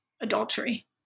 adultery